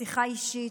בשיחה אישית,